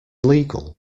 legal